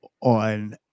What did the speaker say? on